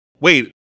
Wait